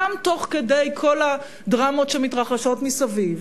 גם תוך כדי כל הדרמות שמתרחשות מסביב,